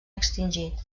extingit